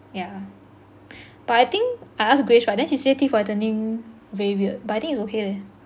yeah but I think I asked grace right but then she say teeth whitening very weird but I think it's okay leh